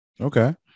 Okay